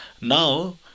Now